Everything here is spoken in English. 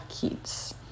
kids